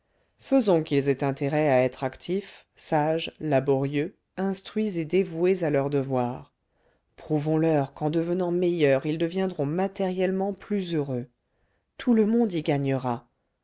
faisons qu'ils aient intérêt à être actifs sages laborieux instruits et dévoués à leurs devoirs prouvons leur qu'en devenant meilleurs ils deviendront matériellement plus heureux tout le monde y gagnera